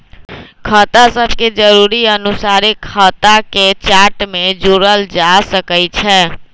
खता सभके जरुरी अनुसारे खता के चार्ट में जोड़ल जा सकइ छै